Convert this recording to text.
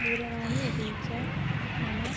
दूरवाणी उपयुज्य मम